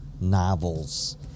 novels